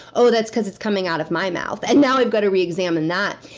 oh, that's because it's coming out of my mouth. and now i've gotta re-examine that.